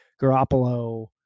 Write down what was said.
Garoppolo